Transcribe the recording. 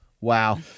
Wow